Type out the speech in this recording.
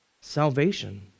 salvation